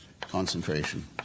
concentration